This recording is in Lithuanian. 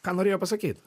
ką norėjo pasakyt